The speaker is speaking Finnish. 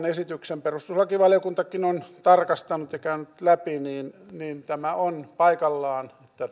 esityksen perustuslakivaliokuntakin on tarkastanut ja käynyt läpi niin niin on paikallaan että